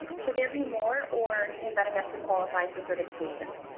should there be more or is that enough to qualify for certification?